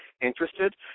interested